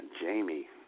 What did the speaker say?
Jamie